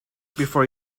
before